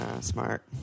smart